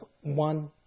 one